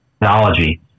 technology